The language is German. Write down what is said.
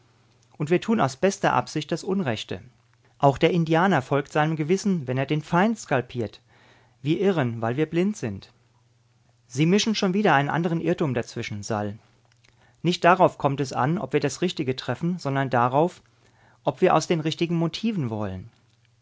und wir tun aus bester absicht das unrechte auch der indianer folgt seinem gewissen wenn er den feind skalpiert wir irren weil wir blind sind sie mischen schon wieder einen anderen irrtum dazwischen sal nicht darauf kommt es an ob wir das richtige treffen sondern darauf ob wir aus den richtigen motiven wollen